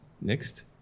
Next